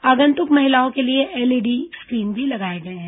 आगंतुक महिलाओं के लिए एलईडी स्क्रीन भी लगाए गए हैं